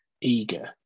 eager